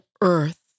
earth